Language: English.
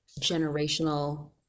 generational